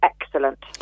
excellent